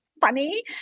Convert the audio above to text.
funny